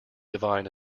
divine